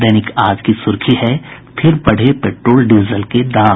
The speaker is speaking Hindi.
दैनिक आज की सुर्खी है फिर बढ़े पेट्रोल डीजल के दाम